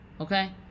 Okay